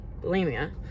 bulimia